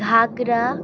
ঘাগরা